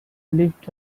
lived